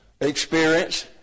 experience